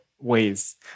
ways